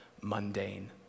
mundane